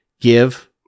give